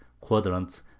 quadrants